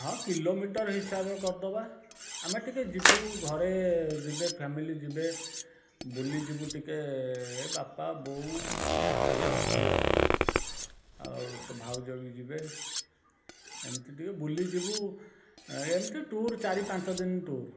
ହଁ kilometre ହିସାବ କରିଦବା ଆମେ ଟିକେ ଯିବୁ ଘରେ ଯିବେ ଫ୍ୟାମିଲି ଯିବେ ବୁଲି ଯିବୁ ଟିକେ ଏ ବାପା ବୋଉ ପୁଅ ଝିଅ ଆଉ ତୋ ଭାଉଜ ବି ଯିବେ ଏମିତି ଟିକେ ବୁଲି ଯିବୁ ଏମିତି ଟୁର୍ ଚାରି ପାଞ୍ଚ ଦିନ ଟୁର୍